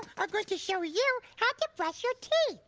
are going to show you how to brush your teeth.